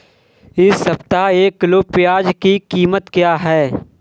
इस सप्ताह एक किलोग्राम प्याज की कीमत क्या है?